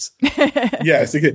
Yes